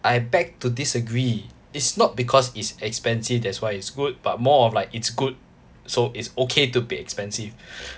I beg to disagree it's not because it's expensive that's why it's good but more of like it's good so it's okay to be expensive